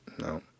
No